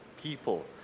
people